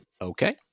Okay